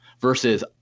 Versus